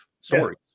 stories